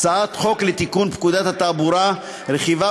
הצעת חוק לתיקון פקודת התעבורה (רכיבה